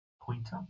Pointer